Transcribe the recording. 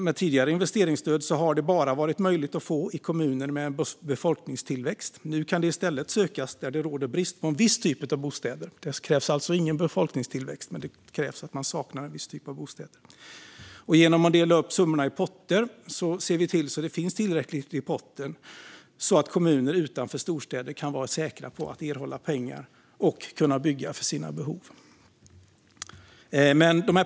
Med tidigare investeringsstöd har det bara varit möjligt att få i kommuner med befolkningstillväxt. Nu kan det i stället sökas där det råder brist på en viss typ av bostäder. Det krävs alltså ingen befolkningstillväxt, men det krävs att man saknar en viss typ av bostäder. Genom att dela upp summorna i potter ser vi till så att det finns tillräckligt i potten så att kommuner utanför storstäder kan vara säkra på att erhålla pengar och kunna bygga för sina behov.